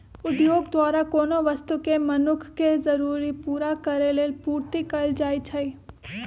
उद्योग द्वारा कोनो वस्तु के मनुख के जरूरी पूरा करेलेल पूर्ति कएल जाइछइ